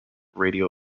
radio